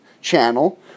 channel